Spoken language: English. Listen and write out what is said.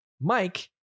Mike